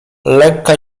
lekka